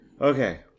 Okay